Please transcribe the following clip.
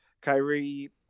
Kyrie